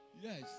Yes